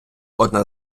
одна